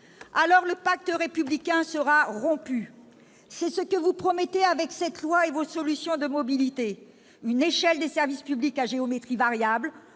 droits, le pacte républicain sera rompu. C'est ce que vous promettez avec cette loi et vos solutions en termes de mobilités : des services publics à géométrie variable,